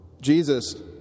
Jesus